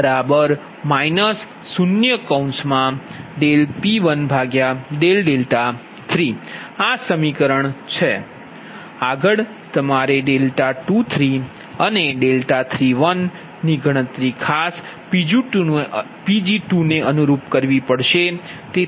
આગળ તમારે 23અને 31ગણતરી ખાસ Pg2 ને અનુરૂપ કરવી પડશે